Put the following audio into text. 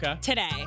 today